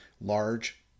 large